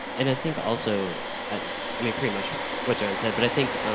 and i think also i mean pretty much what john said, but i think